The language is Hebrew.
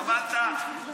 טבלת,